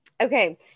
Okay